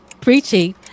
preaching